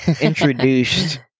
introduced